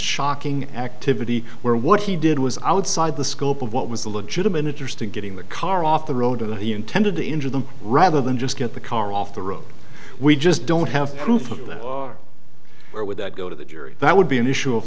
shocking activity where what he did was outside the scope of what was a legitimate interest in getting the car off the road or that he intended to injure them rather than just get the car off the road we just don't have proof of that or would that go to the jury that would be an issue of